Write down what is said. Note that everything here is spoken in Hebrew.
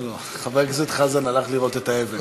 לא, חבר הכנסת חזן הלך לראות את האבן.